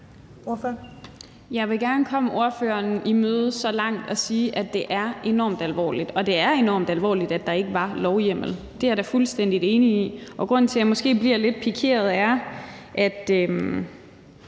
Jeg vil gerne komme spørgeren i møde så langt som til at sige, at det er enormt alvorligt. Det er enormt alvorligt, at der ikke var lovhjemmel. Det er jeg da fuldstændig enig i. Og grunden til, at jeg måske bliver lidt pikeret, er, at